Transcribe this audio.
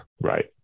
Right